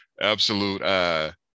absolute